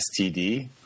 STD